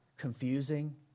Confusing